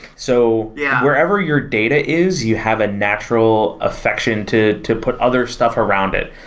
so yeah wherever your data is, you have a natural affection to to put other stuff around it,